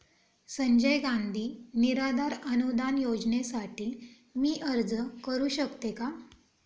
संजय गांधी निराधार अनुदान योजनेसाठी मी अर्ज करू शकते का?